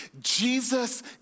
Jesus